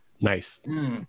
nice